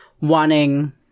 wanting